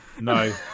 No